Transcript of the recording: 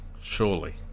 Surely